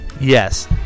Yes